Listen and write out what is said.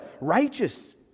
righteous